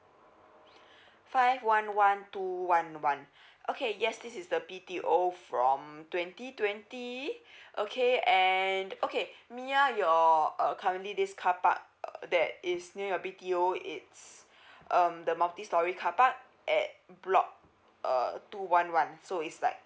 five one one two one one okay yes this is the B_T_O from twenty twenty okay and okay mya your uh currently this car park uh that is near your B_T_O it's um the multi storey car park at block uh two one one so is like